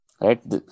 right